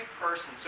person